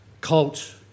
cult